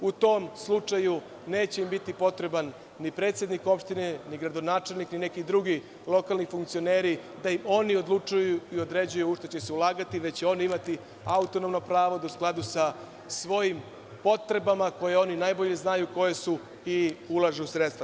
U tom slučaju, neće im biti potreban ni predsednik opštine, ni gradonačelnik, ni neki drugi lokalni funkcioneri, da im oni odlučuju i određuju u šta će se ulagati, već će oni imati autonomno pravo da u skladu sa svojim potrebama, koje oni najbolje znaju koje su, i ulažu sredstva.